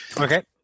Okay